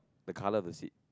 the colour of the seat